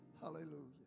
Hallelujah